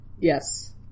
Yes